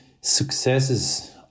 successes